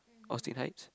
Austin Heights